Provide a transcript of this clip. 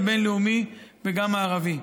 הבין-לאומי וגם הערבי.